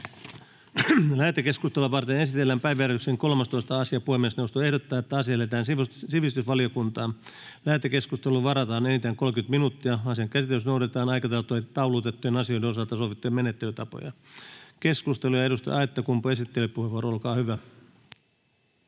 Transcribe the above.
Lähetekeskustelua varten esitellään päiväjärjestyksen 13. asia. Puhemiesneuvosto ehdottaa, että asia lähetetään sivistysvaliokuntaan. Lähetekeskusteluun varataan enintään 30 minuuttia. Asian käsittelyssä noudatetaan aikataulutettujen asioiden osalta sovittuja menettelytapoja. Keskustelu, ja edustaja Aittakumpu, esittelypuheenvuoro, olkaa hyvä.